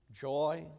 joy